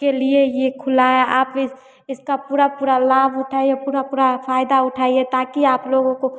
के लिए यह खुली है आप इसका पूरा पूरा लाभ उठाइए पूरा पूरा फ़ायदा उठाइए ताकि आपलोगों को